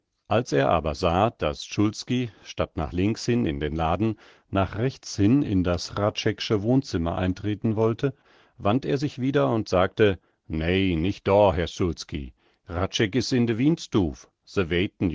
als er aber sah daß szulski statt nach links hin in den laden nach rechts hin in das hradscheck'sche wohnzimmer eintreten wollte wandt er sich wieder und sagte nei nich doa herr szulski hradscheck is in